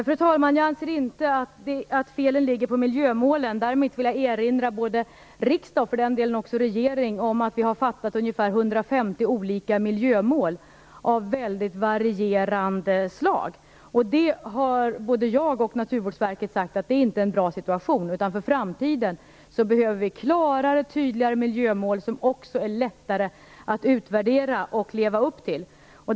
Fru talman! Jag anser inte att felet ligger i miljömålen. Däremot vill jag erinra riksdagen och för den delen också regeringen om att vi har fattat beslut om ca 150 miljömål av väldigt varierande slag. Det har både jag och Naturvårdsverket sagt att det inte är en bra situation. För framtiden behöver vi klarare och tydligare miljömål som är lättare att utvärdera och att leva upp till.